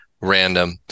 random